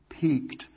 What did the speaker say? peaked